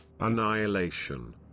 Annihilation